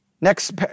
next